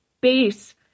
base